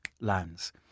lands